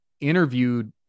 interviewed